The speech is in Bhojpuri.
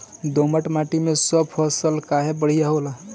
दोमट माटी मै सब फसल काहे बढ़िया होला?